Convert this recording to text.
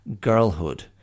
Girlhood